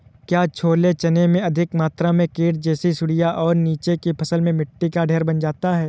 क्या छोले चने में अधिक मात्रा में कीट जैसी सुड़ियां और नीचे की फसल में मिट्टी का ढेर बन जाता है?